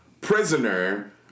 prisoner